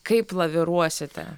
kaip laviruosite